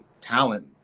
talent